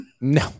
No